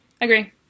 Agree